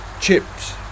chips